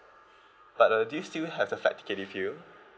but uh do you still have the flight ticket with you